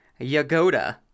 Yagoda